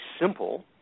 simple